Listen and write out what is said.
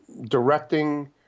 Directing